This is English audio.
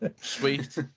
Sweet